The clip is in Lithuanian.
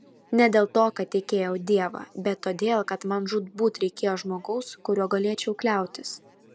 ne dėl to kad tikėjau dievą bet todėl kad man žūtbūt reikėjo žmogaus kuriuo galėčiau kliautis